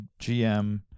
GM